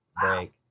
break